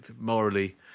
morally